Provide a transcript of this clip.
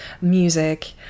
music